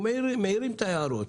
מעירים את ההערות.